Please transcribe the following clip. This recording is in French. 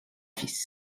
fils